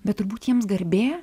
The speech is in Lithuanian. bet turbūt jiems garbė